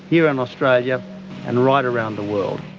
here in australia and right around the world.